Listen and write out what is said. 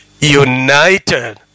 united